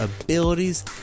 abilities